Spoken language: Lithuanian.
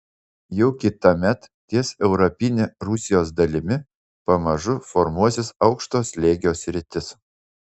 jau kitąmet ties europine rusijos dalimi pamažu formuosis aukšto slėgio sritis